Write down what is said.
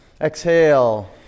Exhale